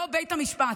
לא בית המשפט.